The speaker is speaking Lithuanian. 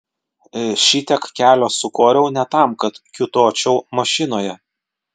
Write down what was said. šitiek kelio sukoriau ne tam kad kiūtočiau mašinoje